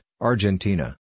Argentina